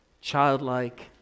childlike